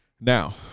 now